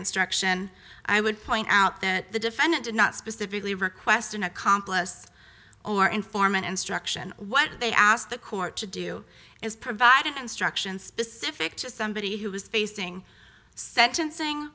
instruction i would point out that the defendant did not specifically request an accomplice or informant instruction what they asked the court to do is provide an instruction specific to somebody who was facing sentencing